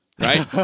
right